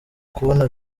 kubona